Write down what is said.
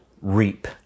REAP